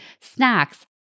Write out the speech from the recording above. snacks